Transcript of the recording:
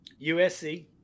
USC